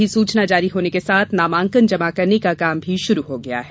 अधिसचना जारी होने के साथ नामांकन जमा करने का काम भी शुरू हो गया है